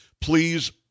Please